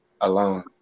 alone